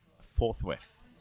forthwith